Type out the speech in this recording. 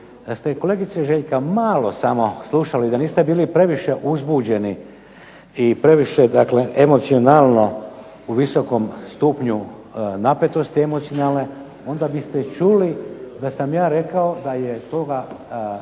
Da ste kolegice Željka malo samo slušali i da niste bili previše uzbuđeni i previše emocionalno u visokom stupnju napetosti emocionalne onda biste čuli da sam ja rekao da je toga